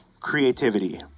creativity